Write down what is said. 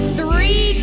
three